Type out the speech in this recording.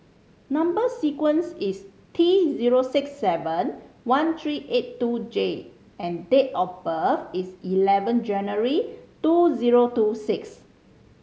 number sequence is T zero six seven one three eight two J and date of birth is eleven January two zero two six